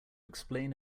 explain